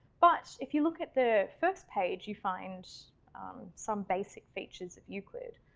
but if you look at the first page, you find some basic features of euclid.